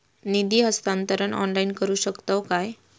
निधी हस्तांतरण ऑनलाइन करू शकतव काय?